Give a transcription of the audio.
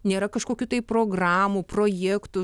nėra kažkokių tai programų projektų